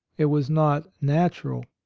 it was not natural.